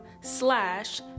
slash